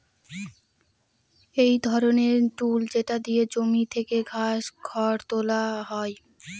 এক ধরনের টুল যেটা দিয়ে জমি থেকে ঘাস, খড় তুলা হয়